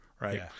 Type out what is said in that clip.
Right